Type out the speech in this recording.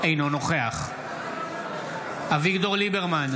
אינו נוכח אביגדור ליברמן,